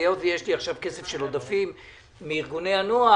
היות ויש לי כסף של עודפים מארגוני הנוער,